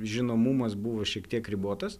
žinomumas buvo šiek tiek ribotas